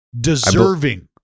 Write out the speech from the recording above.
Deserving